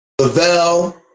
Lavelle